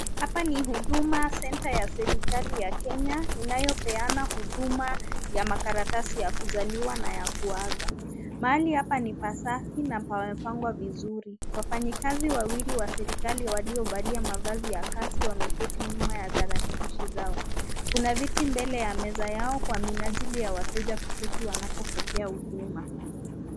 Hapa ni huduma Venta ya serekali ya Kenya inayopeana uduma ya makaratasi ya kuzaliwa na ya kuaka, pahali hapa ni pasafi na yamepangwa vizuri wafanyikazi wawili wa serekali waliovalia mafasi ya kazi wameketi nyuma ya darakilishi zao kuna viti mbele ya meza yao kwa minihajili ya wateje waketi wanapo pokea huduma.